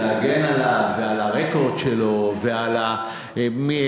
להגן עליו ועל הרקורד שלו ועל מיליון